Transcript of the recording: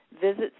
visits